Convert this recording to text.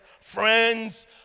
friends